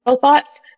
thoughts